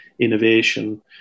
innovation